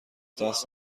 دست